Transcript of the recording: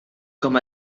com